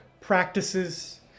practices